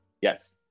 Yes